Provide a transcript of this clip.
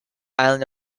island